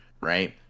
right